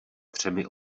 třemi